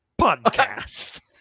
Podcast